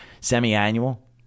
semi-annual